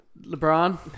LeBron